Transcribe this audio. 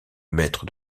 maître